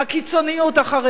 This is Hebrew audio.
הקיצוניות החרדית,